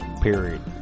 period